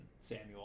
Samuel